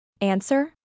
Answer